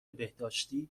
بهداشتی